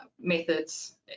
methods